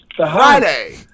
friday